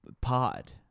Pod